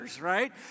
right